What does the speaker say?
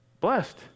Blessed